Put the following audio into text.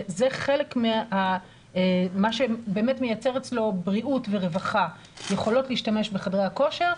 שזה חלק ממה שמייצר אצלו בריאות ורווחה יכולים להשתמש בחדרי הכושר,